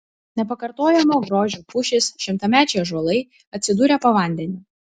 nepakartojamo grožio pušys šimtamečiai ąžuolai atsidūrė po vandeniu